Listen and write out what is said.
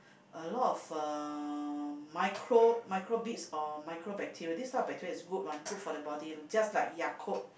a lot of uh micro microbeads or microbacteria this type of bacteria is good one good for the body just like Yakult